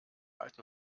alten